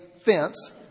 fence